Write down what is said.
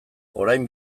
orain